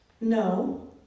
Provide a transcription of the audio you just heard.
No